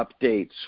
updates